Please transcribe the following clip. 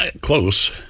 Close